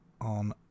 on